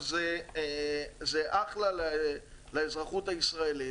זה אחלה לאזרחות הישראלית,